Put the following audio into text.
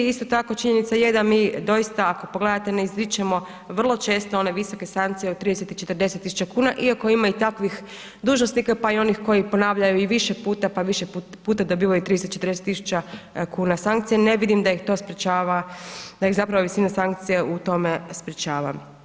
Isto tako, činjenica je da mi doista ako pogledate, ne izričemo vrlo često one visoke sankcije od 30 i 40.000,00 kn iako ima i takvih dužnosnika, pa i onih koji ponavljaju i više puta, pa više puta dobivaju 30 i 40.000,00 kn sankcija, ne vidim da ih to sprječava, da ih zapravo visina sankcija u tome sprječava.